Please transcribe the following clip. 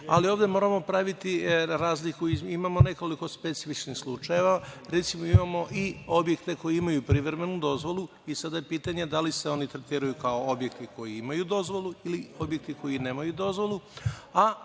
ovde moramo praviti razliku i imamo nekoliko specifičnih slučajeva. Recimo, imamo i objekte koji imaju privremenu dozvolu i sada je pitanje da li se oni tretiraju kao objekti koji imaju dozvolu ili objekti koji nemaju dozvolu.